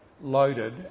loaded